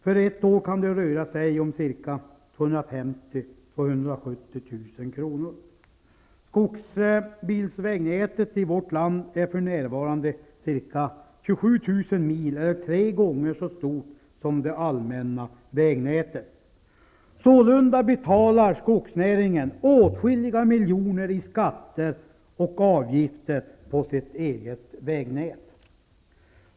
För ett år kan det röra sig om ca 250 000 -- 270 000 kronor. Skogsbilvägnätet i vårt land är f.n. ca 27 000 mil eller tre gånger så stort som det allmänna vägnätet. Sålunda betalar skogsnäringen åtskilliga miljoner i skatter och avgifter på sitt eget vägnät.